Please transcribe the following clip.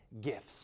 gifts